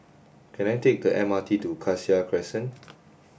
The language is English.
can I take a M R T to Cassia Crescent